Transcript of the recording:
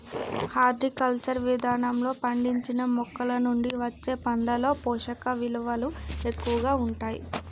horticulture విధానంలో పండించిన మొక్కలనుండి వచ్చే పండ్లలో పోషకవిలువలు ఎక్కువగా ఉంటాయి